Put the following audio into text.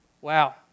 wow